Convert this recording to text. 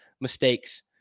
mistakes